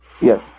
Yes